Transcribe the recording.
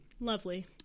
Lovely